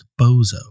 Bozo